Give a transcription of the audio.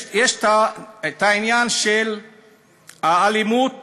יש העניין של האלימות